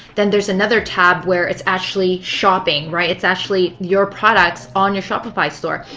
then there's another tab where it's actually shopping, right? it's actually your products on your shopify store.